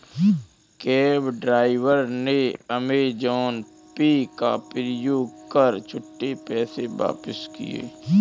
cab driver ने Amazon pay का प्रयोग कर छुट्टे पैसे वापस किए